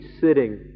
sitting